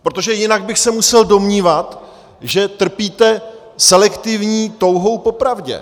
Protože jinak bych se musel domnívat, že trpíte selektivní touhou po pravdě.